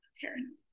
parent